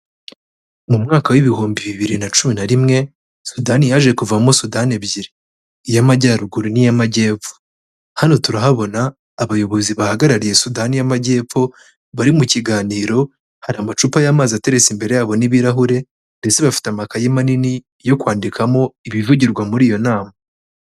Mu mwaka w'ibihumbi bibiri na cumi na rimwe, Sudani yaje kuvamo Sudani ebyiri. Iy'Amajyaruguru n'iy'Amajyepfo. Hano turahabona Abayobozi bahagarariye Sudani y'Amajyepfo bari mu kiganiro, hari amacupa y'amazi ateretse imbere yabo n'ibirahure, ndetse bafite amakayi manini yo kwandikamo ibivugirwa muri iyo nama.